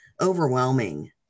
overwhelming